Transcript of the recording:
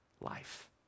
life